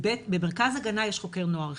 במרכז הגנה יש חוקר נוער אחד,